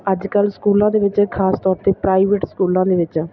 ਅੱਜ ਕੱਲ੍ਹ ਸਕੂਲਾਂ ਦੇ ਵਿੱਚ ਖਾਸ ਤੌਰ 'ਤੇ ਪ੍ਰਾਈਵੇਟ ਸਕੂਲਾਂ ਦੇ ਵਿੱਚ